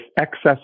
excess